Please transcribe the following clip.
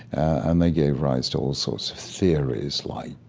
and they gave rise to all sorts of theories like